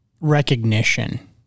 recognition